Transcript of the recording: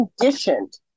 conditioned